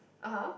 (uh huh)